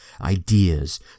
ideas